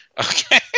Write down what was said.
Okay